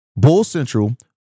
BULLCENTRAL